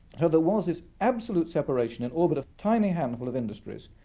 so there was this absolute separation, in all but a tiny handful of industries,